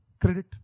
credit